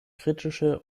kritische